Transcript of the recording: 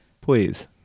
Please